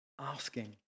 asking